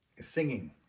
singing